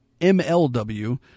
MLW